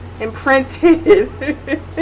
imprinted